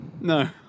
No